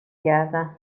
گردم